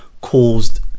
caused